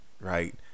right